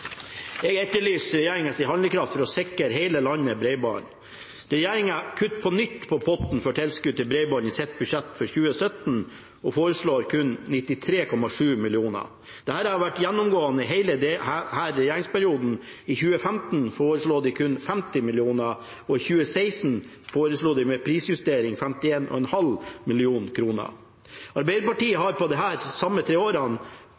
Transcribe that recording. Jeg etterlyser regjeringas handlekraft for å sikre hele landet bredbånd. Regjeringa kutter på nytt i potten for tilskudd til bredbånd i sitt budsjett for 2017 og foreslår kun 93,7 mill. kr. Dette har vært gjennomgående i hele denne regjeringsperioden. I 2015 foreslo de kun 50 mill. kr, og i 2016 foreslo de, med prisjustering, 51,5 mill. kr. Arbeiderpartiet har i sine budsjett de samme tre årene